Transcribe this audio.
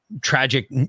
tragic